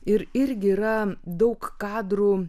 ir irgi yra daug kadrų